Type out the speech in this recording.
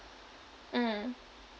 mm